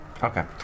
Okay